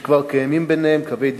שכבר קיימים ביניהם קווי דמיון.